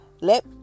Let